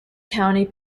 county